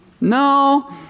No